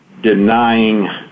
denying